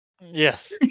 Yes